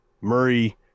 Murray